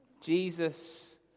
Jesus